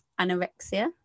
anorexia